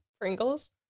Pringles